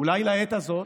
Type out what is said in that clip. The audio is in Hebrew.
אולי לעת הזאת?